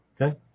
Okay